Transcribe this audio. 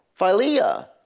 Philea